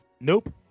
Nope